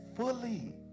Fully